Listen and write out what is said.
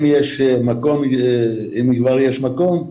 אם כבר יש מקום,